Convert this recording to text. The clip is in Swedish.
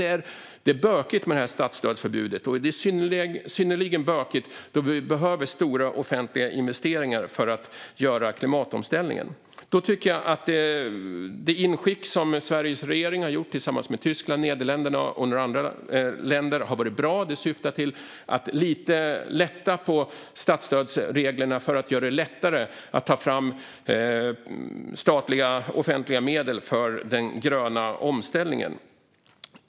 Det är bökigt med det här statsstödsförbudet, och det är synnerligen bökigt då vi behöver stora offentliga investeringar för att göra klimatomställningen. Jag tycker därför att det inskick som Sveriges regering har gjort tillsammans med Tyskland, Nederländerna och några andra länder har varit bra. Det syftar till att lite grann lätta på statsstödsreglerna för att göra det lättare att ta fram statliga offentliga medel för den gröna omställningen.